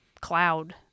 cloud